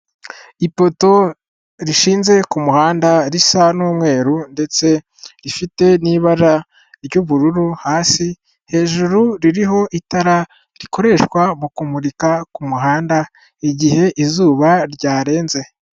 Ipoto rishinze ku muhanda risa n'umweru ndetse rifite n'ibara ry'ubururu hasi hejuru ririho itara rikoreshwa mu kumurika ku muhanda igihe izuba ryarenze.